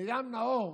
מרים נאור